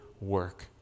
work